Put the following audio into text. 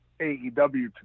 AEW